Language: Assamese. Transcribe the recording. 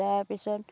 তাৰপিছত